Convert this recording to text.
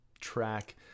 track